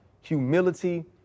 humility